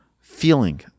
feeling